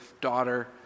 daughter